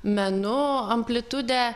menu amplitudę